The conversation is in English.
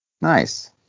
Nice